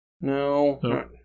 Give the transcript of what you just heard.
No